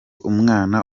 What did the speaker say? umwana